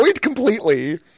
completely –